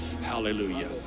Hallelujah